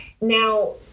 Now